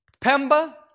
Pemba